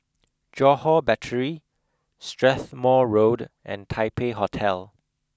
Johore Battery Strathmore Road and Taipei Hotel